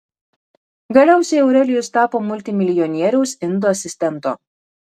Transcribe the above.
galiausiai aurelijus tapo multimilijonieriaus indo asistentu